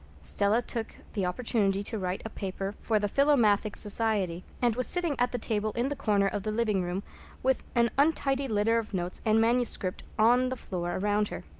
stella took the opportunity to write a paper for the philomathic society, and was sitting at the table in the corner of the living-room with an untidy litter of notes and manuscript on the floor around her.